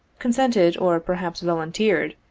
consented, or perhaps volunteered,